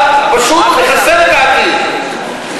אתה פשוט מחסל את העתיד,